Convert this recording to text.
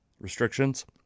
restrictions